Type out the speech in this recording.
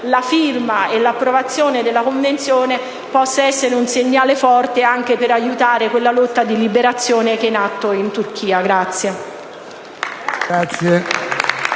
la firma e l'approvazione della Convenzione possa essere un segnale forte anche per aiutare la lotta di liberazione in atto in Turchia.